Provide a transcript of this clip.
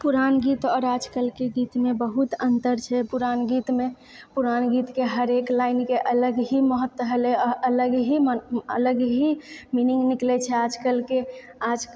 पुरान गीत आओर आजकलके गीतमे बहुत अन्तर छै पुरान गीतमे पुरान गीतके हरेक लाइनके अलग ही महत्त्व हलै अलग ही अलग ही मीनिंग निकलै छै आजकलके आज